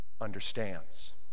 understands